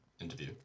interview